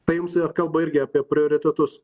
tai jums vat kalba irgi apie prioritetus